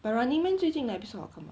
but running man 最近的 episode 好看吗